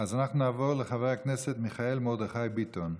אנחנו נעבור לחבר הכנסת מיכאל מרדכי ביטון.